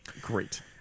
Great